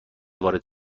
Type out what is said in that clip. وارد